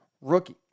rookie